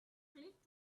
click